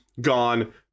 gone